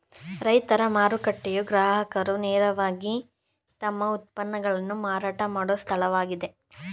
ರೈತರ ಮಾರುಕಟ್ಟೆಯು ಗ್ರಾಹಕರು ನೇರವಾಗಿ ತಮ್ಮ ಉತ್ಪನ್ನಗಳನ್ನು ಮಾರಾಟ ಮಾಡೋ ಸ್ಥಳವಾಗಿದೆ